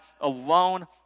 alone